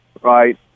right